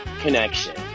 Connection